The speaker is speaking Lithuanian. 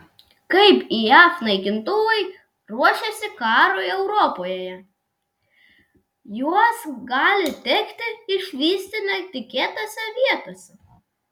kaip jav naikintuvai ruošiasi karui europoje juos gali tekti išvysti netikėtose vietose